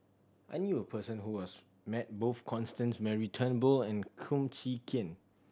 I knew a person who was met both Constance Mary Turnbull and Kum Chee Kin